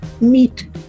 meet